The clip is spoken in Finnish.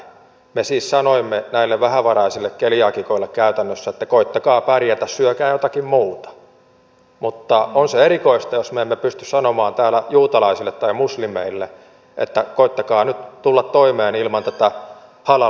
me siis sanoimme näille vähävaraisille keliaakikoille käytännössä että koettakaa pärjätä syökää jotakin muuta mutta on se erikoista jos me emme pysty sanomaan täällä juutalaisille tai muslimeille että koettakaa nyt tulla toimeen ilman tätä halal lihaa